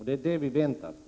Det är det vi väntar på.